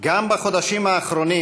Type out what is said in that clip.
גם בחודשים האחרונים